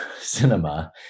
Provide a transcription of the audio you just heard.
cinema